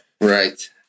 Right